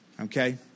Okay